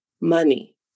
money